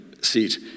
seat